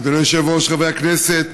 אדוני היושב-ראש, חברי הכנסת,